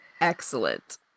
Excellent